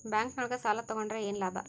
Bank ನೊಳಗ ಸಾಲ ತಗೊಂಡ್ರ ಏನು ಲಾಭ?